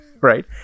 right